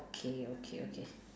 okay okay okay